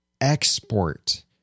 export